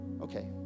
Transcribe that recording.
okay